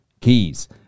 Keys